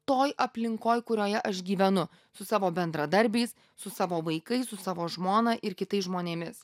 toj aplinkoj kurioje aš gyvenu su savo bendradarbiais su savo vaikais su savo žmona ir kitais žmonėmis